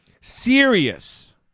serious